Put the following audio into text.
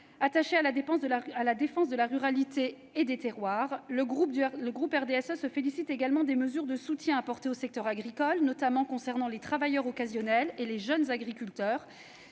Attaché à la défense de la ruralité et des terroirs, le groupe RDSE se félicite aussi des mesures de soutien apportées au secteur agricole, notamment au bénéfice des travailleurs occasionnels et des jeunes agriculteurs.